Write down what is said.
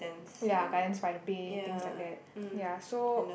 ya Gardens-y-the-Bay things like that ya so